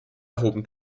erhoben